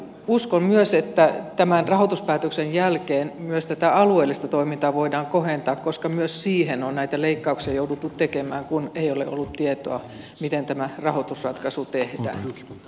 uskon myös että tämän rahoituspäätöksen jälkeen myös tätä alueellista toimintaa voidaan kohentaa koska myös siihen on näitä leikkauksia jouduttu tekemään kun ei ole ollut tietoa siitä miten tämä rahoitusratkaisu tehdään